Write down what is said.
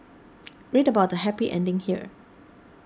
read about the happy ending here